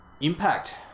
impact